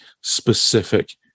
specific